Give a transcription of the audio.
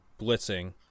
blitzing